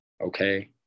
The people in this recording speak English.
Okay